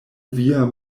via